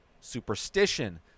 superstition